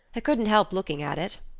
i couldn't help looking at it.